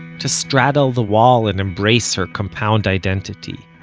to straddle the wall and embrace her compound identity.